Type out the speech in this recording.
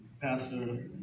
Pastor